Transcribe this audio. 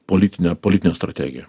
politine politine strategija